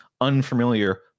unfamiliar